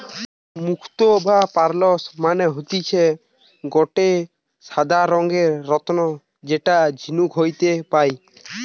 মুক্তো বা পার্লস মানে হতিছে গটে সাদা রঙের রত্ন যেটা ঝিনুক হইতে পায়